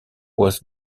was